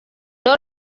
nor